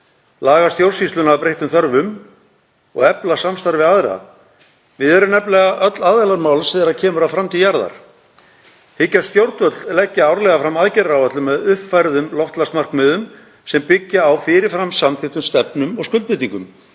laga stjórnsýsluna að breyttum þörfum og efla samstarf við aðra? Við erum nefnilega öll aðilar máls þegar kemur að framtíð jarðar. Hyggjast stjórnvöld leggja árlega fram aðgerðaáætlun með uppfærðum loftslagsmarkmiðum sem byggja á fyrir fram samþykktum stefnum og skuldbindingum?